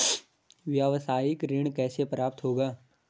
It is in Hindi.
व्यावसायिक ऋण कैसे प्राप्त होगा?